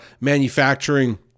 manufacturing